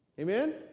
Amen